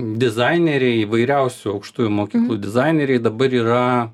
dizaineriai įvairiausių aukštųjų mokyklų dizaineriai dabar yra